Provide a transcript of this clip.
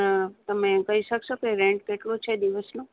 અ તમે કહી શકશો કે રેન્ટ કેટલું છે દિવસનું